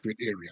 area